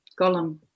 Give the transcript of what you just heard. golem